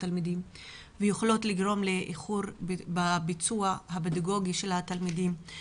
התלמידים ושהן יכולות לגרום לאיחור בביצוע הפדגוגי של התלמידים.